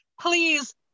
Please